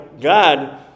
God